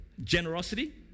Generosity